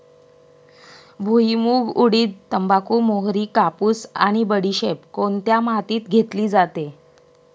भुईमूग, उडीद, तंबाखू, मोहरी, कापूस आणि बडीशेप कोणत्या मातीत घेतली जाते?